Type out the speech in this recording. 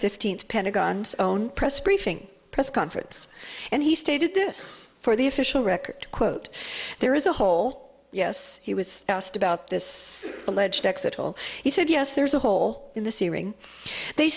fifteenth pentagon's own press briefing press conference and he stated this for the official record quote there is a hole yes he was asked about this alleged x at all he said yes there's a hole in the searing they